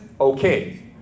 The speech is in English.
okay